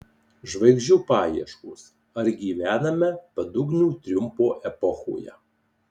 žvaigždžių paieškos ar gyvename padugnių triumfo epochoje